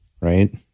right